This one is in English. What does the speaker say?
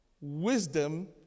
wisdom